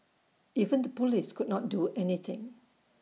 even the Police could not do anything